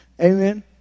Amen